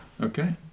Okay